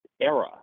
era